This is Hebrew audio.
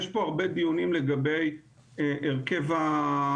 יש פה הרבה דיונים לגבי הרכב המשתתפים.